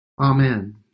Amen